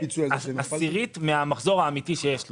הוא דיווח על עשירית מן המחזור האמיתי שיש לו.